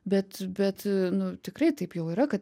bet bet nu tikrai taip jau yra kad